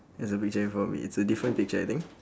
there's a picture in front of me it's a different picture I think